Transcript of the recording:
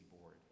Board